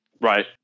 Right